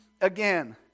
again